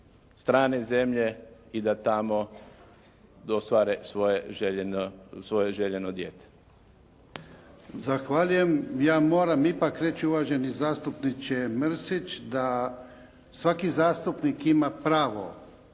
strane zemlje i da tamo da ostvare svoje željeno dijete. **Jarnjak, Ivan (HDZ)** Zahvaljujem. Ja moram ipak reći uvaženi zastupniče Mrsić da svaki zastupnik ima pravo